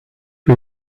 the